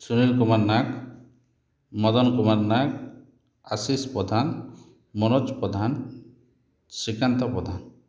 Sunil Kumar Nag Madan Kumar Nag Ashish Pradhan Manoj Pradhan Srikant Pradhan